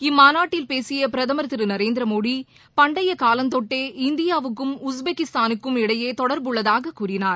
இம்மாநாட்டில் பேசியபிரதமர் திருநரேந்திரமோடி பண்டையகாலந்தொட்டே இந்தியாவுக்கும் உஸ்பெகிஸ்தானுக்கும் இடையேதொடர்புள்ளதாககூறினார்